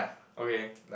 okay